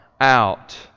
out